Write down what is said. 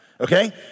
okay